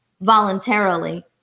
voluntarily